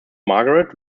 margaret